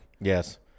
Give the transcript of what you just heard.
Yes